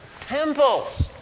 temples